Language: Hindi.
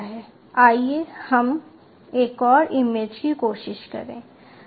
आइए हम एक और इमेज की कोशिश करें